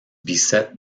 beset